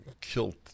killed